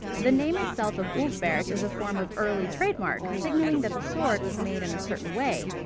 the name itself of ulfberht is a form of early trademark, signalling that the sword was made in a certain way.